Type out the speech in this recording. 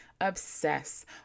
obsess